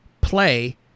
play